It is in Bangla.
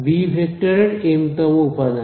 বি ভেক্টরের এম তম উপাদান